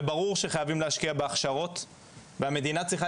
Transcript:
וברור שחייבים להשקיע בהכשרות והמדינה צריכה